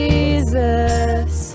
Jesus